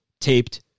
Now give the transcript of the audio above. taped